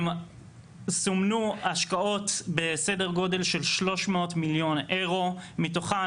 סומנו השקעות בסדר גודל של 300 מיליארד אירו,